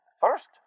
First